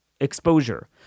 exposure